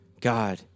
God